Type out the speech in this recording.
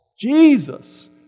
Jesus